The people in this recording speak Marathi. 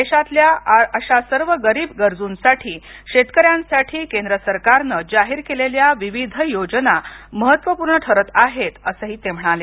देशातल्या अशा सर्व गरीब गरजूंसाठी शेतकऱ्यांसाठी केंद्र सरकारनं जाहीर केलेल्या विविध योजना महत्त्वपूर्ण ठरत आहेत असं ते म्हणाले